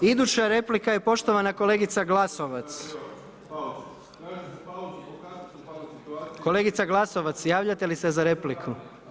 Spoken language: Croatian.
Iduća replika je poštovana kolegica Glasovac, kolegica Glasovac, javljate li se na repliku.